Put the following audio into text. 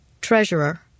Treasurer